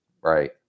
right